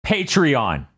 Patreon